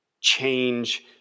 change